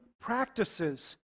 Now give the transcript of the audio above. practices